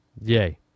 Yay